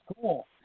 cool